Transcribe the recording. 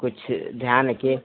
कुछ ध्यान रखिए